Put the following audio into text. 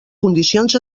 condicions